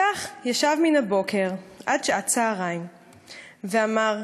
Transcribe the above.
/ כך ישב מן הבוקר עד שעת הצהריים / ואמר: